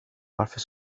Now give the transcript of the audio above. varför